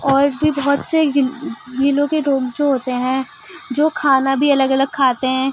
اور بھی بہت سے یہ ضلعوں جو ہوتے ہیں جو کھانا بھی الگ الگ کھاتے ہیں